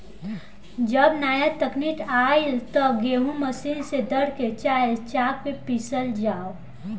जब नाया तकनीक आईल त गेहूँ मशीन से दर के, चाहे चाप के पिसल जाव